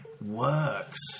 works